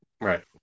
Right